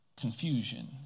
Confusion